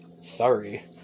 Sorry